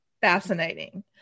fascinating